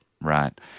Right